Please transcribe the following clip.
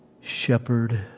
shepherd